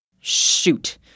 Shoot